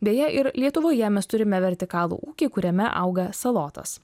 beje ir lietuvoje mes turime vertikalų ūkį kuriame auga salotos